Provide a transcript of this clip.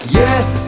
yes